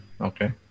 Okay